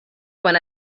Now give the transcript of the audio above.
quan